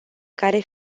care